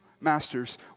Masters